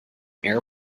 air